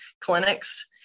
clinics